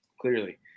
clearly